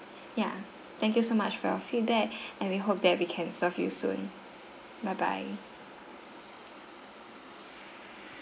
ya thank you so much for your feedback and we hope that we can serve you soon bye bye